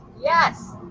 yes